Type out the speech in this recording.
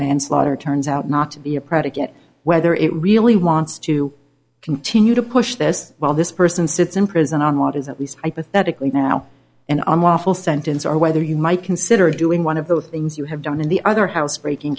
manslaughter turns out not to be a predicate whether it really wants to continue to push this while this person sits in prison on what is at least i pathetically now and i'm awful sentence or whether you might consider doing one of the things you have done in the other housebreaking